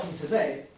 today